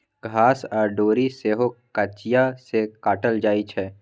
घास आ डोरी सेहो कचिया सँ काटल जाइ छै